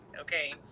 Okay